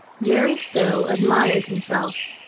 jerry stow admired himself.